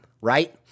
right